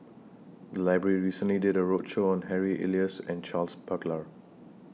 The Library recently did A roadshow on Harry Elias and Charles Paglar